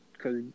cause